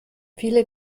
viele